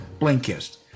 Blinkist